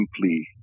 simply